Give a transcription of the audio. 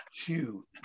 two